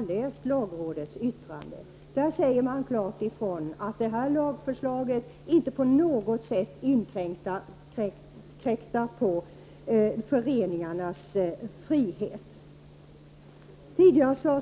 inte läst lagrådets yttrande. Där säger man klart ifrån att detta lagförslag inte på något sätt inkräktar på föreningarnas frihet.